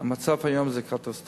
המצב בבריאות הנפש היום הוא קטסטרופלי.